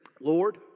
Lord